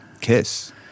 Kiss